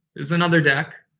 here's another deck.